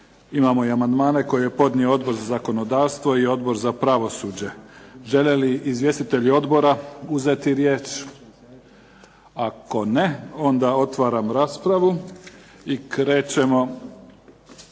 Imamo i amandmane koje je podnio Odbor za zakonodavstvo i Odbor za pravosuđe. Žele li izvjestitelji odbora uzeti riječ? Ako ne, onda otvaram raspravu. I krećemo